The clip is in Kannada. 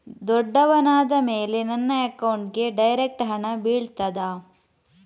ದೊಡ್ಡವನಾದ ಮೇಲೆ ನನ್ನ ಅಕೌಂಟ್ಗೆ ಡೈರೆಕ್ಟ್ ಹಣ ಬೀಳ್ತದಾ?